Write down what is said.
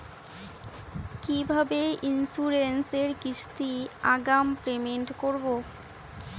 কিভাবে ইন্সুরেন্স এর কিস্তি আগাম পেমেন্ট করবো?